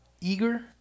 Eager